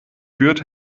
führt